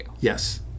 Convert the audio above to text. Yes